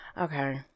Okay